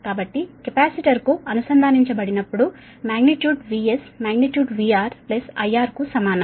కాబట్టి కెపాసిటర్ కు అనుసంధానించబడినప్పుడు magnitude VS magnitude VR IR కు సమానం